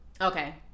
okay